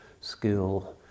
skill